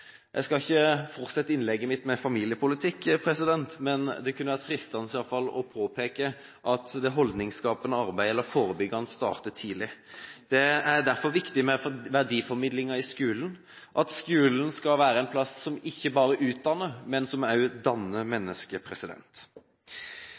Jeg skal ikke fortsette innlegget mitt med familiepolitikk, men det kunne være fristende i alle fall å påpeke at det holdningsskapende og forebyggende arbeidet må starte tidlig. Det er viktig med verdiformidlingen i skolen, at skolen skal være en plass som ikke bare utdanner, men også danner